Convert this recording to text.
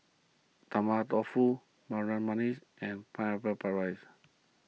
Tofu Harum Manis and Pineapple Rice